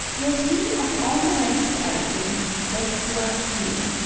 yet he, of all the rest, i think, best loves ye.